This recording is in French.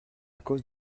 cause